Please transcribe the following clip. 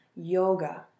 yoga